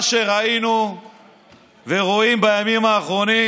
מה שראינו ורואים בימים האחרונים